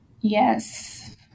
yes